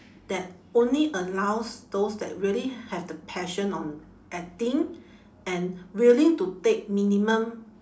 that only allows those that really have the passion on acting and willing to take minimum